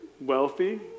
wealthy